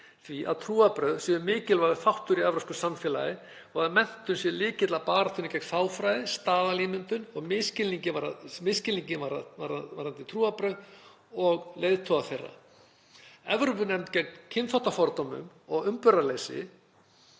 því að trúarbrögð séu mikilvægur þáttur í evrópsku samfélagi og að menntun sé lykillinn að baráttunni gegn fáfræði, staðalímyndum og misskilningi varðandi trúarbrögð og leiðtoga þeirra. Evrópunefnd gegn kynþáttafordómum og umburðarleysi,